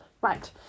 Right